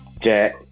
Jack